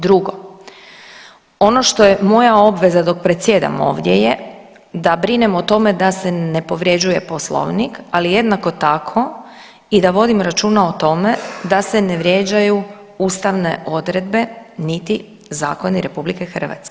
Drugo, ono što je moja obveza dok predsjedam ovdje je da brinem o tome da se ne povrjeđuje Poslovnik, ali jednako tako i da vodimo računa o tome da se ne vrijeđaju ustavne odredbe niti zakoni RH.